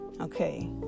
okay